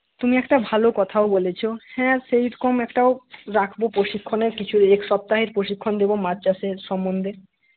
তুমি একটা ভালো কথাও বলেছ হ্যাঁ সেরকম একটাও রাখবো প্রশিক্ষণের কিছু এক সপ্তাহের প্রশিক্ষণ দেবো মাছ চাষের সম্বন্ধে